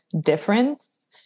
difference